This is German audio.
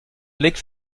blick